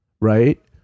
Right